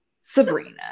Sabrina